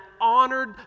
honored